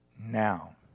Now